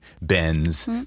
Benz